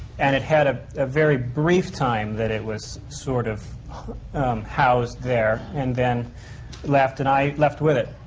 and it had a ah very brief time that it was sort of housed there and then left, and i left with it.